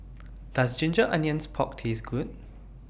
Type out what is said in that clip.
Does Ginger Onions Pork Taste Good